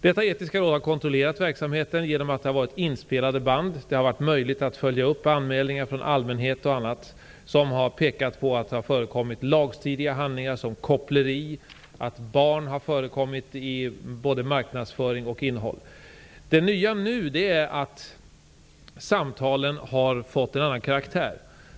Detta etiska råd har kontrollerat verksamheten genom att det varit inspelade band och varit möjligt att följa upp anmälningar från allmänhet och andra. De har pekat på att det har förekommit lagstridiga handlingar. Det har varit fråga om kopppleri, och barn har förekommit i både marknadsföring och innehåll. Det nya är nu att samtalen har fått en annan karaktär.